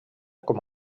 com